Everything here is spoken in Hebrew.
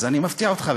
אז אני מפתיע אותך,